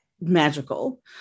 magical